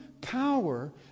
power